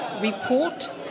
report